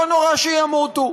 לא נורא שימותו,